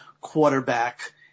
quarterback